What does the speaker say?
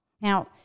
Now